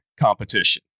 competition